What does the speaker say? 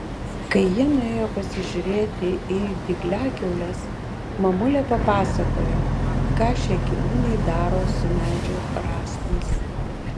kai jie nuėjo pasižiūrėti į dygliakiaules mamulė papasakojo ką šie gyvūnai daro su medžio rąstais